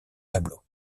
tableaux